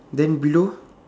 then below